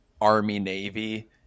Army-Navy